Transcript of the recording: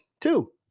two